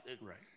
Right